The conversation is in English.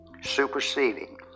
superseding